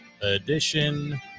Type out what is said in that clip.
edition